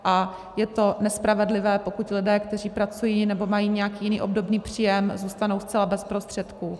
A je to nespravedlivé, pokud lidé, kteří pracují nebo mají nějaký jiný obdobný příjem, zůstanou zcela bez prostředků.